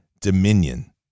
dominion